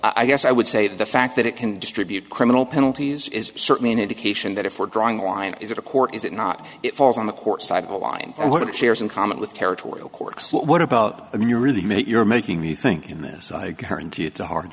i guess i would say that the fact that it can distribute criminal penalties is certainly an indication that if we're drawing a line is that a court is it not it falls on the court side of the line what it shares in common with territorial courts what about i mean you really make you're making me think in this i guarantee it's a hard